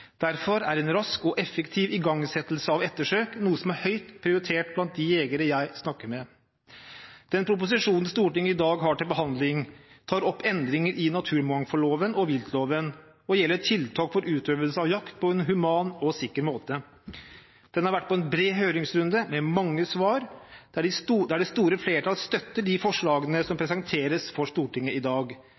Derfor er en rask og effektiv igangsettelse av ettersøk noe som er høyt prioritert blant de jegere jeg snakker med. Den proposisjonen Stortinget i dag har til behandling, tar opp endringer i naturmangfoldloven og viltloven og gjelder tiltak for utøvelse av jakt på en human og sikker måte. Den har vært på en bred høringsrunde, med mange svar, der det store flertall støtter de forslagene som presenteres for Stortinget i dag.